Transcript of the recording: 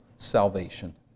salvation